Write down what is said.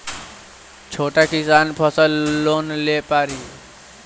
छोटा किसान फसल लोन ले पारी?